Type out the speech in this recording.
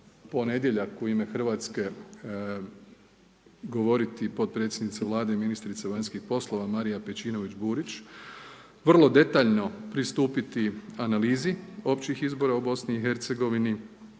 ponedjeljak u ime Hrvatske govoriti potpredsjednica Vlade i ministrica vanjskih poslova Marija Pejčinović Burić, vrlo detaljno pristupiti analizi općih izbora u BiH, razmotriti